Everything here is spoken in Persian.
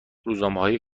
روزهای